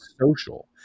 social